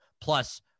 plus